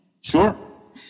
Sure